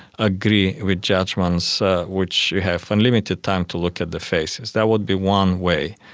agree with judgements which we have unlimited time to look at the faces. that would be one way.